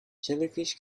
jellyfish